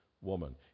woman